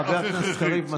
חבר הכנסת קריב,